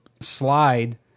slide